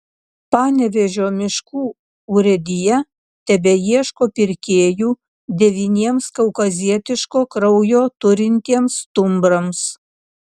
panevėžio miškų urėdija tebeieško pirkėjų devyniems kaukazietiško kraujo turintiems stumbrams